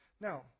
Now